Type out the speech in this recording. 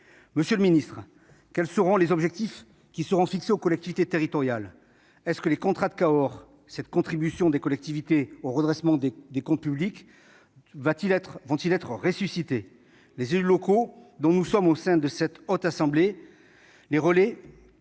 Monsieur le ministre, quels seront les objectifs fixés aux collectivités territoriales ? Les contrats de Cahors, cette contribution des collectivités au redressement des comptes publics, vont-ils être ressuscités ? Les élus locaux, dont nous sommes au sein de la Haute Assemblée les relais,